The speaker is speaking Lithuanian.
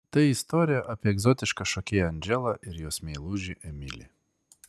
tai istorija apie egzotišką šokėją andželą ir jos meilužį emilį